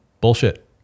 bullshit